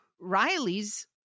Riley's